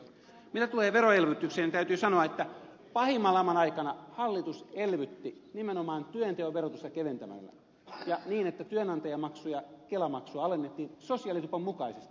mitä tulee veroelvytykseen niin täytyy sanoa että pahimman laman aikana hallitus elvytti nimenomaan työnteon verotusta keventämällä ja niin että työnantajamaksuja kelamaksua alennettiin sosiaalitupon mukaisesti ed